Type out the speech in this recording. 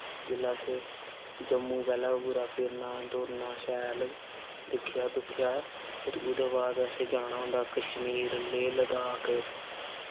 जेल्लै असें जम्मू पैह्लें पूरा फिरना टुरना शैल दिक्खेआ दुक्खेआ शैल फिर उ'दे बाद असें जाना होंदा कश्मीर लेह् लदाख